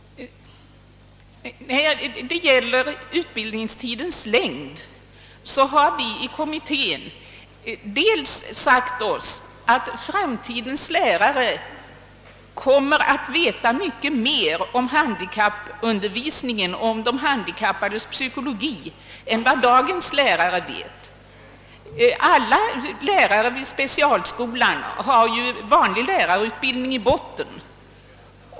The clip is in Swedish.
När det gäller = utbildningstidens längd har vi i kommittén sagt oss att framtidens lärare kommer att veta mycket mer om handikappundervisningen och om de handikappades psykologi än dagens lärare gör. Alla lärare vid specialskolan har ju vanlig lärarutbildning i botten.